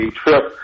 trip